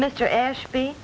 mr ashby